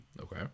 Okay